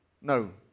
No